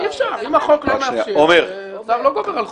אי אפשר, אם החוק לא מאפשר, הצו לא גובר על חוק.